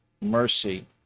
mercy